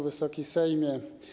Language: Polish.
Wysoki Sejmie!